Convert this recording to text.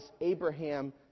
Abraham